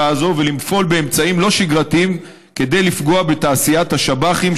הזו ולפעול באמצעים לא שגרתיים כדי לפגוע בתעשיית השב"חים,